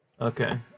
Okay